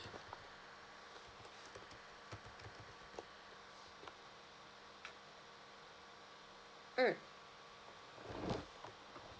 mm